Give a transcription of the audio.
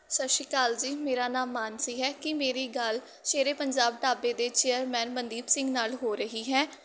ਸਤਿ ਸ਼੍ਰੀ ਅਕਾਲ ਜੀ ਮੇਰਾ ਨਾਮ ਮਾਨਸੀ ਹੈ ਕੀ ਮੇਰੀ ਗੱਲ ਸ਼ੇਰ ਏ ਪੰਜਾਬ ਢਾਬੇ ਦੇ ਚੇਅਰਮੈਨ ਮਨਦੀਪ ਸਿੰਘ ਨਾਲ਼ ਹੋ ਰਹੀ ਹੈ